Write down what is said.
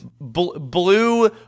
Blue